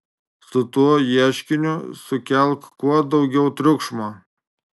su tuo ieškiniu sukelk kuo daugiau triukšmo